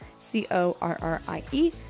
c-o-r-r-i-e